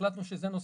החלטנו שזה נושא,